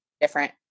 different